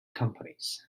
companies